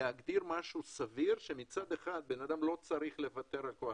להגדיר משהו סביר שמצד אחד אדם לא צריך לוותר על הכול,